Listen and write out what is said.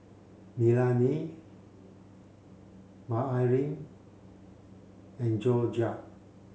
Melany and Jorja